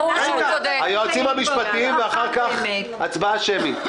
נשמע את היועצים המשפטיים ואחר כך נעבור להצבעה שמית.